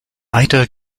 eiter